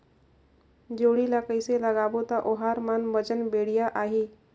जोणी ला कइसे लगाबो ता ओहार मान वजन बेडिया आही?